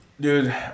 dude